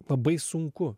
labai sunku